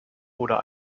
oder